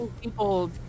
people